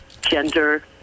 gender